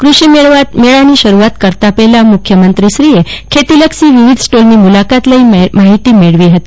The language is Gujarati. ક્રષિ મેળાની શરૂઆત કરતા પહેલા મુખ્યમંત્રી ખેતી લક્ષી વિવિધ સ્ટોલની મુલાકત લઈ માહિતી મેળવી હતી